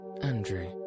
Andrew